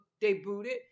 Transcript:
debuted